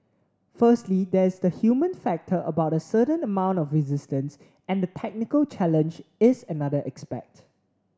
firstly there is the human factor about the certain amount of resistance and the technical challenge is another aspect